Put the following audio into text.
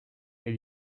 est